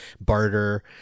barter